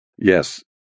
yes